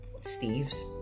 Steve's